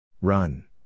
Run